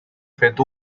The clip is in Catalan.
fet